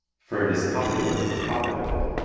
for it is popular and profitable,